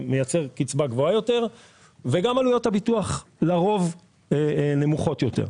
ומייצר קצבה גבוהה יותר וגם עלויות הביטוח נמוכות יותר.